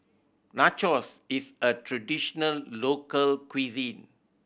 nachos is a traditional local cuisine